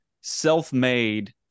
self-made